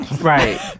Right